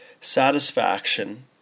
satisfaction